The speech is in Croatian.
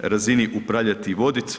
razini upravljati i voditi.